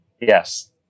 Yes